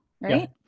right